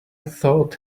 thought